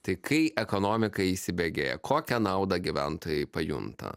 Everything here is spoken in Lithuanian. tai kai ekonomika įsibėgėja kokią naudą gyventojai pajunta